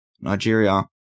Nigeria